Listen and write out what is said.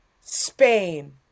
Spain